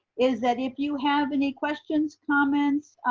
is that if you have any questions, comments,